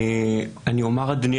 אני אומר, אדוני